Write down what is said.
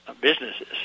businesses